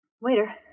Waiter